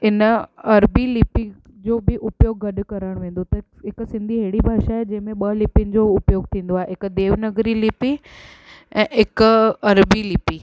इन अरबी लिपी जो बि उपयोग गॾु करणु वेंदो त हिकु सिंधी अहिड़ी भाषा आहे जंहिंमें ॿ लिपीनि जो उपयोग थींदो आहे हिकु देवनगरी लिपी ऐं हिकु अरबी लिपी